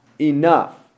enough